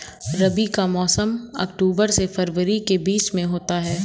रबी का मौसम अक्टूबर से फरवरी के बीच में होता है